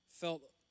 felt